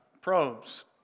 probes